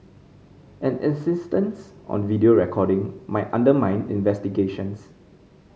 an insistence on video recording might undermine investigations